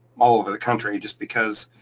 all over the country just because